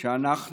כן כן,